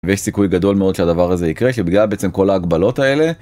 ויש סיכוי גדול מאוד שהדבר הזה יקרה, שבגלל בעצם כל ההגבלות האלה.